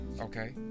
Okay